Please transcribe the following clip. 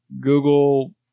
Google